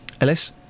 Ellis